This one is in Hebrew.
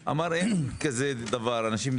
הוא אמר שאין כזה דבר; אנשים משלמים,